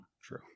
true